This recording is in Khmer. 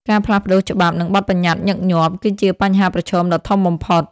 ការផ្លាស់ប្តូរច្បាប់ និងបទប្បញ្ញត្តិញឹកញាប់ គឺជាបញ្ហាប្រឈមដ៏ធំបំផុត។